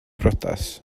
briodas